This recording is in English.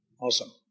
Awesome